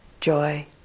joy